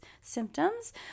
symptoms